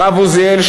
הרב עוזיאל,